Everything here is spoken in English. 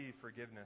forgiveness